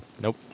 Nope